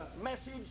message